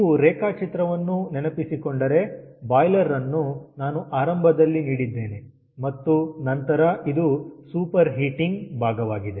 ನೀವು ರೇಖಾಚಿತ್ರವನ್ನು ನೆನಪಿಸಿಕೊಂಡರೆ ಬಾಯ್ಲರ್ ಅನ್ನು ನಾನು ಆರಂಭದಲ್ಲಿ ನೀಡಿದ್ದೇನೆ ಮತ್ತು ನಂತರ ಇದು ಸೂಪರ್ ಹೀಟಿಂಗ್ ಭಾಗವಾಗಿದೆ